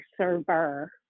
server